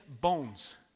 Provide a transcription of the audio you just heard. bones